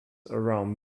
around